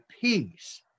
peace